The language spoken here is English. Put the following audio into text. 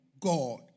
God